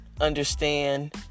understand